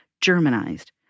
Germanized